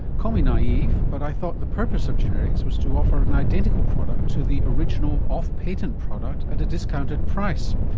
call me naive, but i thought the purpose of generics was to offer an identical product to the original off-patent product at a discounted price.